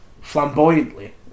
flamboyantly